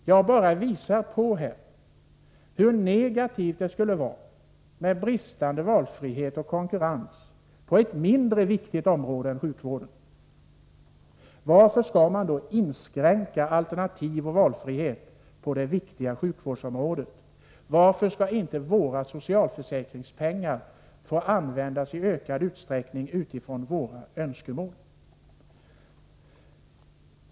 Jag påvisar bara med detta exempel hur negativt det skulle vara med bristande valfrihet och konkurrens på ett mindre viktigt område än sjukvårdens. Varför skall man då inskränka alternativ och valfrihet på det viktiga sjukvårdsområdet? Varför skall inte våra socialförsäkringspengar få användas i ökad utsträckning enligt våra önskemål?